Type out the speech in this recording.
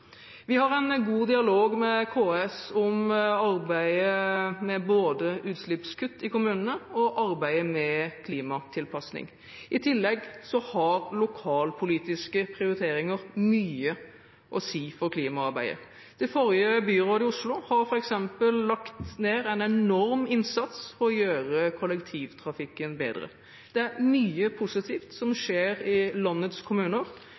Vi har en god dialog med KS om arbeidet med både utslippskutt i kommunene og arbeidet med klimatilpasning. I tillegg har lokalpolitiske prioriteringer mye å si for klimaarbeidet. Det forrige byrådet i Oslo har f.eks. lagt ned en enorm innsats for å gjøre kollektivtrafikken bedre. Det er mye positivt som skjer i landets kommuner,